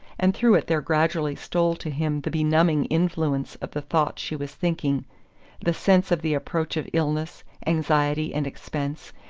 and through it there gradually stole to him the benumbing influence of the thoughts she was thinking the sense of the approach of illness, anxiety, and expense,